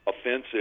offensive